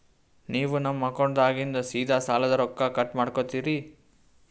ನೀವು ನಮ್ಮ ಅಕೌಂಟದಾಗಿಂದ ಸೀದಾ ಸಾಲದ ರೊಕ್ಕ ಕಟ್ ಮಾಡ್ಕೋತೀರಿ?